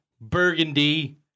Burgundy